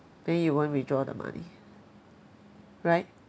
then you won't withdraw the money right